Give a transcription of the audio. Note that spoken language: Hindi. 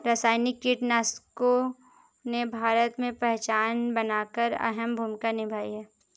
रासायनिक कीटनाशकों ने भारत में पहचान बनाकर अहम भूमिका निभाई है